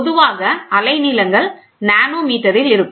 பொதுவாக அலைநீளங்கள் நானோமீட்டரில் இருக்கும்